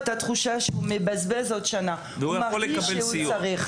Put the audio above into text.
בתוכנית זו הם לומדים עברית ופתאום זה לא נחשב וחבל.